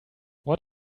what